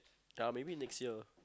uh maybe next year